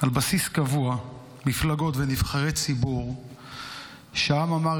על בסיס קבוע מפלגות ונבחרי ציבור שהעם אמר